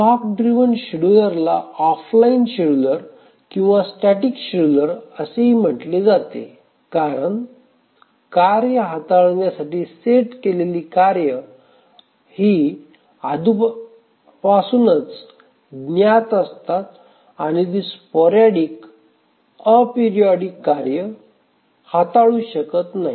clock driven शेड्यूलरला offline scheduler किंवा static scheduler असेही म्हटले जाते कारण कार्य हाताळण्यासाठी सेट केलेली कार्ये आधीपासून ज्ञात असतात आणि ती स्पोरॅडिक अॅपरियोडिक कार्ये हाताळू शकत नाही